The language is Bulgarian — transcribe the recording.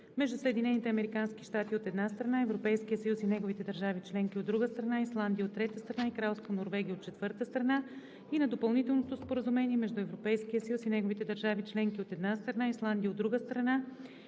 щати, от една страна, Европейския съюз и неговите държави членки, от друга страна, Исландия, от трета страна, и Кралство Норвегия, от четвърта страна, и на Допълнителното споразумение между Европейския съюз и неговите държави членки, от една страна, Исландия, от друга страна,